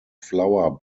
flower